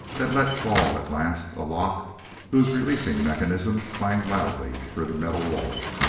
that let fall, at last, a lock whose releasing mechanism clanged loudly through the metal wall.